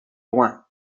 loing